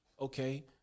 okay